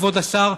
כבוד השר,